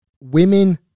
women